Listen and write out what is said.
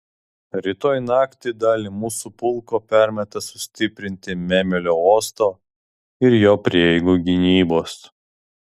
rytoj naktį dalį mūsų pulko permeta sustiprinti mėmelio uosto ir jo prieigų gynybos